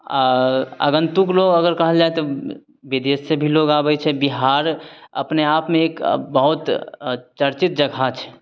आओर आगन्तुक लोग अगर कहल जाइ तऽ विदेश सँ भी लोग आबय छै बिहार अपने आपमे एक बहुत चर्चित जगह छै